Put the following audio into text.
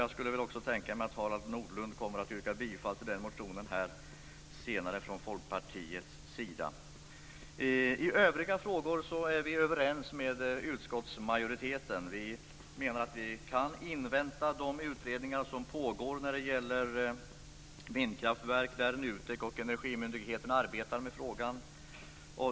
Jag kan tänka mig att Harald Nordlund senare kommer att yrka bifall till motionen från Folkpartiets sida. I övriga frågor är vi överens med utskottsmajoriteten. Vi menar att vi kan invänta de utredningar som pågår när det gäller vindkraftverk, där NUTEK och Energimyndigheten arbetar med frågan.